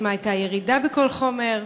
5. מה הייתה הירידה בכל חומר?